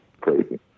crazy